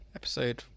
episode